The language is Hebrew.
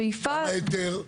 גם ההיתר,